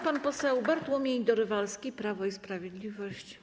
Pan poseł Bartłomiej Dorywalski, Prawo i Sprawiedliwość.